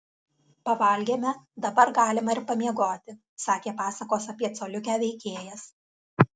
pavalgėme dabar galima ir pamiegoti sakė pasakos apie coliukę veikėjas